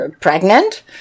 pregnant